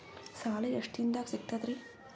ಸಾಲಾ ಎಷ್ಟ ದಿಂನದಾಗ ಸಿಗ್ತದ್ರಿ?